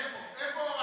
איפה?